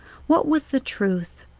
what was the truth?